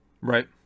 Right